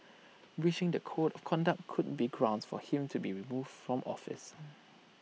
breaching the code of conduct could be grounds for him to be removed from office